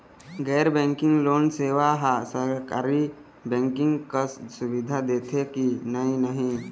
गैर banking loan सेवा हा सरकारी बैंकिंग कस सुविधा दे देथे कि नई नहीं?